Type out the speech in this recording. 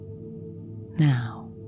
now